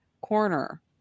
Corner